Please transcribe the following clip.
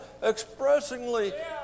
expressingly